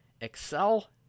Excel